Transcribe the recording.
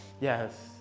yes